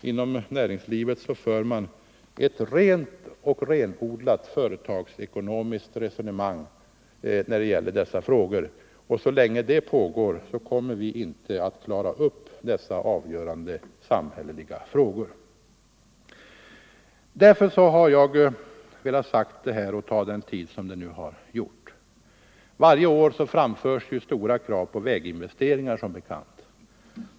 Inom näringslivet för man tvärtom ett renodlat företagsekonomiskt resonemang när det gäller dessa frågor. Så länge det fortsätter kommer vi inte att klara upp dessa avgörande samhälleliga frågor. Det är därför jag velat säga detta och har låtit det ta den tid det har tagit. Varje år framförs som bekant stora krav på väginvesteringar.